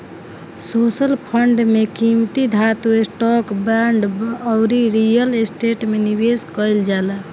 social fund में कीमती धातु, स्टॉक, बांड अउरी रियल स्टेट में निवेश कईल जाला